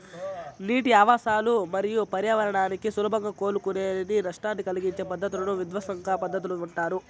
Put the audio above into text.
నీటి ఆవాసాలు మరియు పర్యావరణానికి సులభంగా కోలుకోలేని నష్టాన్ని కలిగించే పద్ధతులను విధ్వంసక పద్ధతులు అంటారు